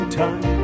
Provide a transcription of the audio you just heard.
time